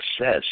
says